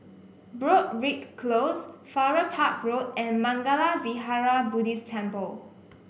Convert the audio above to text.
Broadrick Close Farrer Park Road and Mangala Vihara Buddhist Temple